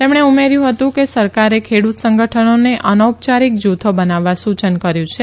તેમણે ઉમેર્યુ હતું કે સરકારે ખેડુત સંગઠનોને અનૌપચારિક જુથો બનાવવા સુચન કર્યુ છે